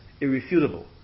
irrefutable